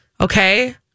Okay